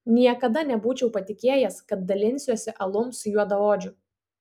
niekad nebūčiau patikėjęs kad dalinsiuosi alum su juodaodžiu